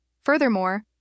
Furthermore